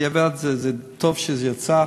בדיעבד דווקא טוב שזה יצא,